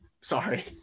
Sorry